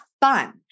fun